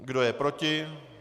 Kdo je proti?